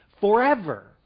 forever